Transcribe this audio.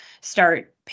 start